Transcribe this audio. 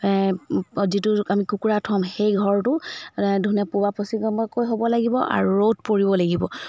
যিটোত আমি কুকুৰা থ'ম সেই ঘৰটো ধুনীয়া পূবা পশ্চিমাকৈ হ'ব লাগিব আৰু ৰ'দ পৰিব লাগিব